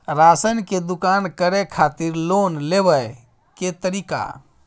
Ration के दुकान करै खातिर लोन लेबै के तरीका?